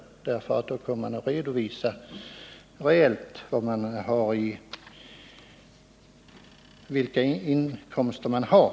Menar han att de då kommer att redovisa sina verkliga inkomster?